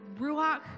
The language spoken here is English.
Ruach